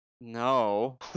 No